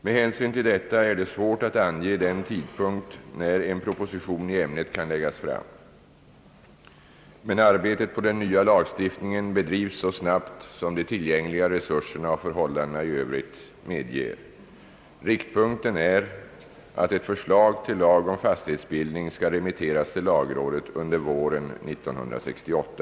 Med hänsyn till vad jag nu har sagt är det svårt att ange den tidpunkt när en proposition i ämnet kan läggas fram. Men arbetet på den nya lagstiftningen bedrivs så snabbt som de tillgängliga resurserna och förhållandena i övrigt medger. Rikipunkten är att ett förslag till lag om fastighetsbildning skall remitteras till lagrådet under våren 1968.